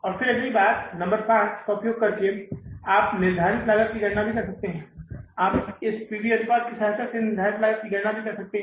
और फिर अगली बात है नंबर पांच का उपयोग आप निर्धारित लागत की गणना भी कर सकते हैं आप इस P V अनुपात की सहायता से निर्धारित लागत की भी गणना कर सकते हैं